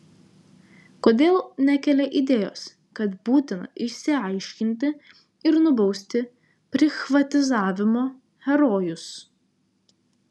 kodėl nekelia idėjos kad būtina išsiaiškinti ir nubausti prichvatizavimo herojus